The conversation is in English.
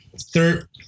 third